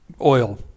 oil